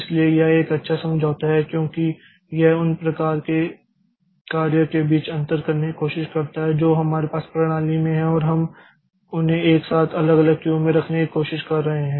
इसलिए यह एक अच्छा समझौता है क्योंकि यह उन प्रकार की कार्य के बीच अंतर करने की कोशिश करता है जो हमारे पास प्रणाली में हैं और हम उन्हें एक साथ अलग अलग क्यू में रखने की कोशिश कर रहे हैं